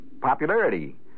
popularity